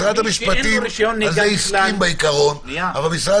משרד המשפטים הסכים בעיקרון אבל משרד